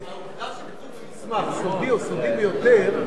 העובדה שכתוב במסמך "סודי" או "סודי ביותר",